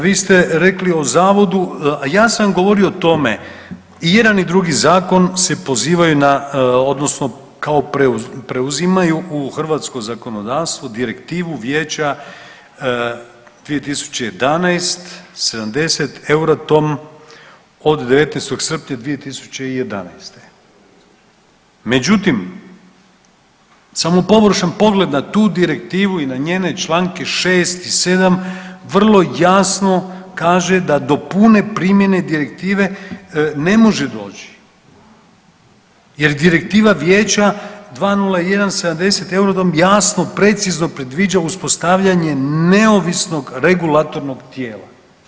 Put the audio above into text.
Vi ste rekli o zavodu, a ja sam govorio o tome i jedan i drugi zakon se pozivaju na odnosno preuzimaju u hrvatsko zakonodavstvo Direktivu Vijeća 2011/70/Euratom od 19. srpnja 2011., međutim samo površan pogled na tu direktivu i na njene članke 6. i 7. vrlo jasno kaže da do pune primjene direktive ne može doći jer Direktiva Vijeća 201/70/Euratom jasno precizno predviđa uspostavljanje neovisnog regulatornog tijela.